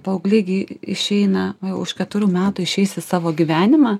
paaugliai gi išeina už keturių metų išeis į savo gyvenimą